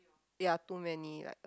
ya too many like